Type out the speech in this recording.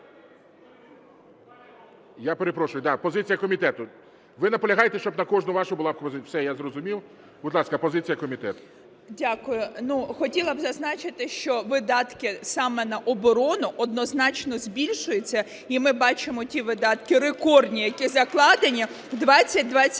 Я перепрошую. Да, позиція комітету. Ви наполягаєте, щоб на кожну вашу була? Все, я зрозумів. Будь ласка, позиція комітету. 13:18:03 ЗАБУРАННА Л.В. Дякую. Ну, хотіла б зазначити, що видатки саме на оборону, однозначно, збільшуються. І ми бачимо ті видатки рекордні, які закладені в 2022.